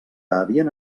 havien